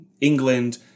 England